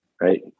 right